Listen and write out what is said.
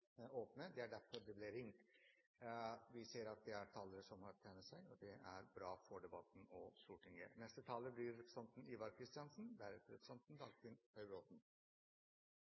det. Vi ser at det er talere som har tegnet seg, og det er bra for debatten og Stortinget.